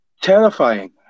terrifying